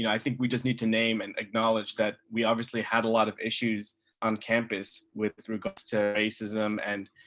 i think we just need to name and acknowledge that we obviously have a lot of issues on campus with regards to racism and,